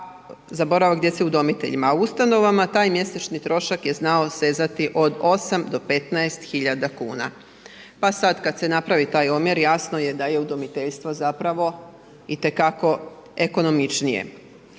a u ustanovama taj mjesečni trošak je znao sezati od 8 do 15 hiljada kuna. Pa sada kada se napravi taj omjer, jasno je da je udomiteljstvo zapravo itekako ekonomičnije.